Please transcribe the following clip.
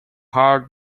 hard